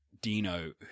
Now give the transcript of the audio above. dino